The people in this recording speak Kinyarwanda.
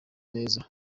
neza